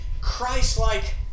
Christ-like